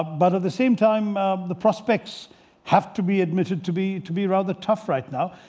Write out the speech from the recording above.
but at the same time the prospects have to be admitted, to be to be rather tough right now.